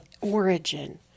origin